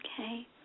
Okay